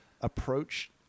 approach